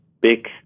big